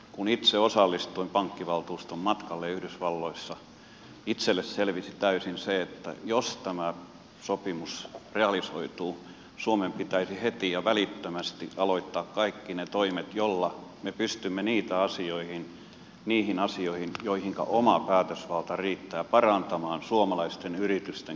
kun osallistuin pankkivaltuuston matkalle yhdysvalloissa itselleni selvisi täysin se että jos tämä sopimus realisoituu suomen pitäisi heti ja välittömästi aloittaa kaikki ne toimet joilla me pystymme niissä asioissa joihinka oma päätösvalta riittää parantamaan suomalaisten yritysten kilpailuedellytyksiä